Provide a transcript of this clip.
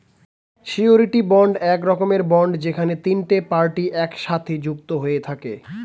surety bond এক রকমের bond যেখানে তিনটে পার্টি একসাথে যুক্ত হয়ে থাকে